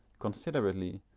considerately,